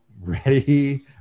Ready